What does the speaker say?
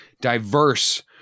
diverse